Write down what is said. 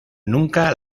nunca